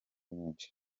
nyinshi